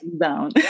down